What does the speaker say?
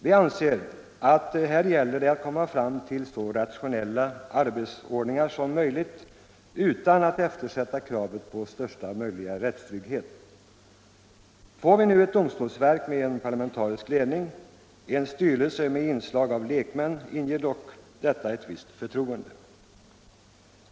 Vi anser att det här gäller att komma fram till så rationella arbetsordningar som möjligt utan att eftersätta kravet på största möjliga rättstrygghet. Får vi nu ett domstolsverk med en parlamentarisk ledning och en styrelse med inslag av lekmän inger detta förtroende.